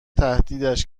تهدیدش